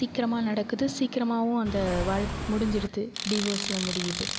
சீக்கிரமாக நடக்குது சீக்கிரமாகவும் அந்த வாழ்க் முடிஞ்சிருது டிவோர்ஸில் முடியுது